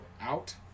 out